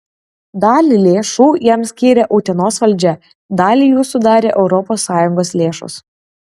dalį lėšų jam skyrė utenos valdžia dalį jų sudarė europos sąjungos lėšos